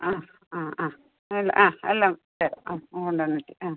ആ ആ ആ ഇല്ല ആ എല്ലാം തരാം ആ അങ്ങ് കൊണ്ട് വന്നിട്ട് ആ